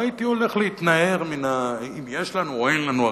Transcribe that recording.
לא הייתי הולך להתנער מן, אם יש לנו או אין לנו.